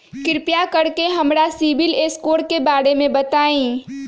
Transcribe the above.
कृपा कर के हमरा सिबिल स्कोर के बारे में बताई?